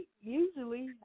Usually